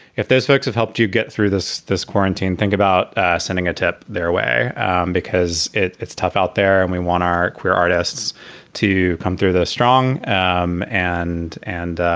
if those folks have helped you get through this this quarantine, think about sending a tip their way and because it's tough out there. and we want our queer artists to come through the strong um and and,